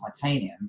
titanium